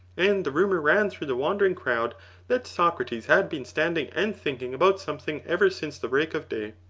and the rumour ran through the wondering crowd that socrates had been standing and thinking about something ever since the break of day.